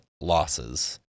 losses